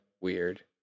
weird